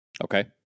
okay